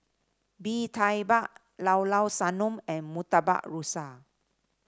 Bee Tai Mak Llao Llao Sanum and Murtabak Rusa